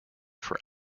for